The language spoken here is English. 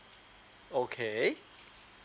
okay